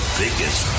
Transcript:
biggest